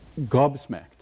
gobsmacked